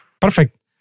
Perfect